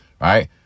right